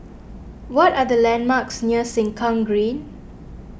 what are the landmarks near Sengkang Green